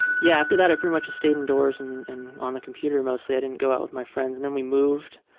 yeah, after that, i pretty much just stayed indoors and and on the computer mostly. i didn't go out with my friends. then we moved.